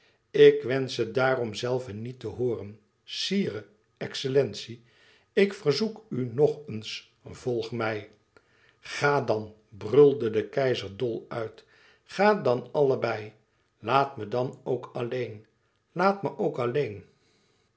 ik wensch ze daarom zelve niet te hooren sire excellentie ik verzoek u nog eens volg mij ga dan brulde de keizer dol uit ga dan allebei laat me dan ook alleen laàt me ook alleen